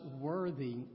worthy